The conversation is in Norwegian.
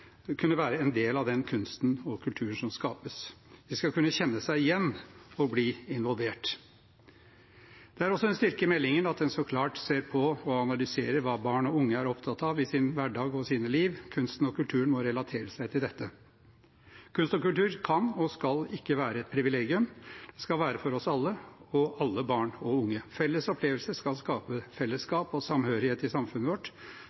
kunne være en del av den kunsten og kulturen som skapes. De skal kunne kjenne seg igjen og bli involvert. Det er også en styrke i meldingen at den så klart ser på og analyserer hva barn og unge er opptatt av i sin hverdag og sitt liv. Kunsten og kulturen må relatere seg til dette. Kunst og kultur kan og skal ikke være et privilegium. Det skal være for oss alle og alle barn og unge. Felles opplevelser skal skape fellesskap og samhørighet i samfunnet vårt.